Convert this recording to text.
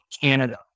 Canada